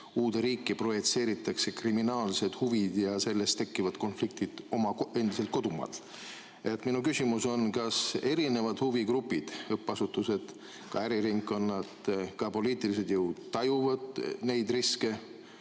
uude riiki projitseeritakse kriminaalsed huvid ja nendest tekkinud konfliktid oma endisel kodumaal. Minu küsimus on, kas erinevad huvigrupid – õppeasutused, äriringkonnad, ka poliitilised jõud – tajuvad neid riske,